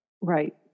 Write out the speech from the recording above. right